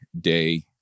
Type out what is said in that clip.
day